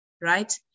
right